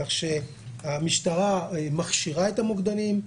כך שהמשטרה מכשירה את המוקדנים,